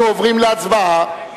אנחנו עוברים להצבעה על